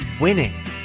winning